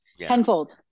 tenfold